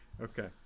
Okay